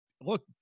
look